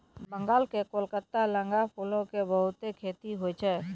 बंगाल के कोलकाता लगां फूलो के बहुते खेती होय छै